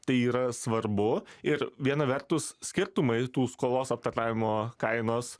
tai yra svarbu ir viena vertus skirtumai tų skolos aptarnavimo kainos